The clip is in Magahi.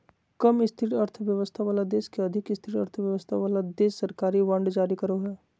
कम स्थिर अर्थव्यवस्था वाला देश के अधिक स्थिर अर्थव्यवस्था वाला देश सरकारी बांड जारी करो हय